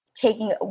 taking